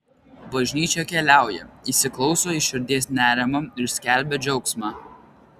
bažnyčia keliauja įsiklauso į širdies nerimą ir skelbia džiaugsmą